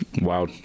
Wow